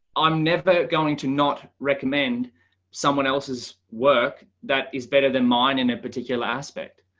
i'm never going to not recommend someone else's work that is better than mine in a particular aspect.